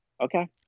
okay